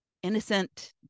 innocent